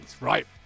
right